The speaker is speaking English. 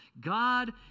God